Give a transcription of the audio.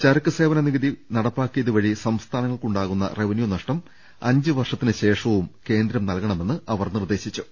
ചരക്ക് സേവന നികുതി നടപ്പാക്കി യതുവഴി സംസ്ഥാനങ്ങൾക്കുണ്ടാകുന്ന റവന്യൂ നഷ്ടം അഞ്ചുവർഷത്തിന് ശേഷവും കേന്ദ്രം നൽകണമെന്ന് അവർ നിർദ്ദേശിച്ചു